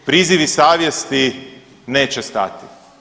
Prizivi savjesti neće stati.